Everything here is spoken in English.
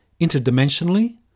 interdimensionally